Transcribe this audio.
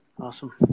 awesome